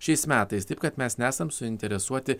šiais metais taip kad mes nesam suinteresuoti